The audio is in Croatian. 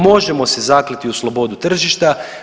Možemo se zakleti u slobodu tržišta.